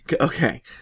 okay